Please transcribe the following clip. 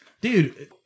dude